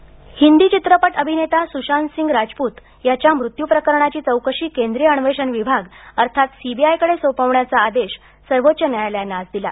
सुशांत सिंग राजपत हिंदी चित्रपट अभिनेता सुशांत सिंग राजपूत याच्या मृत्यू प्रकरणाची चौकशी केंद्रीय अन्वेषण विभाग अर्थात सीबीआयकडे सोपवण्याचा आदेश सर्वोच्च न्यायालयानं आज दिला